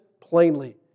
plainly